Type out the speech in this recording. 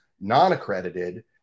non-accredited